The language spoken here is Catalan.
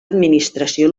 administració